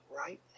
right